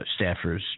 staffers